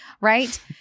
Right